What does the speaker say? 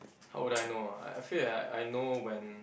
how would I know ah I I feel that I know when